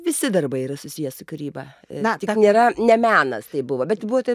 visi darbai yra susiję su kūryba na tai nėra ne menas tai buvo bet buvo tai